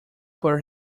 put